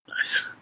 nice